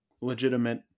legitimate